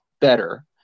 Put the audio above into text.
better